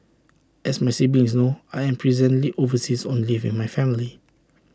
as my siblings know I am presently overseas on leave with my family